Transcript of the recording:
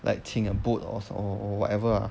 like 请 a boat or or or whatever ah